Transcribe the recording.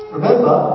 Remember